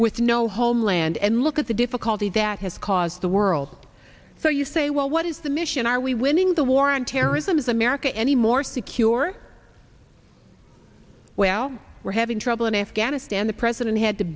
with no homeland and look at the difficulty that has caused the world so you say well what is the mission are we winning the war on terrorism is america any more secure well we're having trouble in afghanistan the president had to